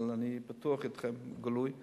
אבל אני פתוח וגלוי אתכם,